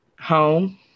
home